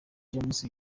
james